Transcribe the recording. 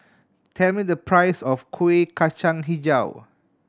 tell me the price of Kuih Kacang Hijau